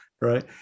Right